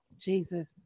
Jesus